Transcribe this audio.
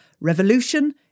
Revolution